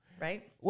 right